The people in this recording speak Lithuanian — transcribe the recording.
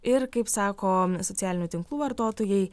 ir kaip sako socialinių tinklų vartotojai